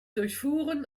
durchfuhren